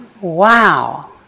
Wow